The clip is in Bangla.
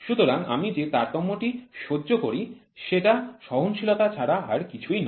সুতরাং আমি যে তারতম্য টি সহ্য করি সেটা সহনশীলতা ছাড়া আর কিছুই নয়